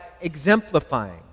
exemplifying